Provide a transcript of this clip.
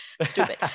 stupid